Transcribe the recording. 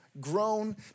grown